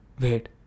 Wait